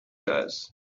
guys